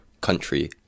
country